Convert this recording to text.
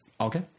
Okay